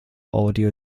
audio